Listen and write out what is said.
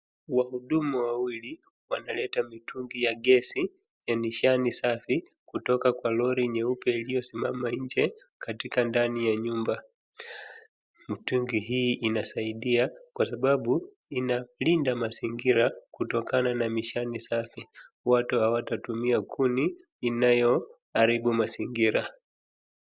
Wahudumu wawili wanaleta mitungi ya gesi mishani safi kutoka kwa lori nyeupe iliyosimama nje katika ndani ya nyumba. Mitungi hii inasaidia kwa sababu inalinda mazingira kutokana na mishani safi, watu hawatatumia kuni inayoaribu mazingira.